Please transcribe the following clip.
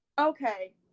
Okay